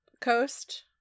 coast